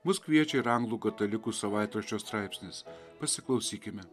mus kviečia ir anglų katalikų savaitraščio straipsnis pasiklausykime